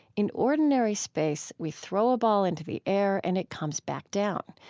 in ordinary space, we throw a ball into the air and it comes back down.